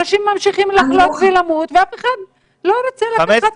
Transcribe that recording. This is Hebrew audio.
אנשים ממשיכים לחלות ולמות ואף אחד לא רוצה לקחת